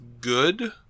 good